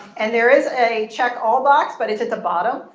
and there is a check all box. but it's at the bottom.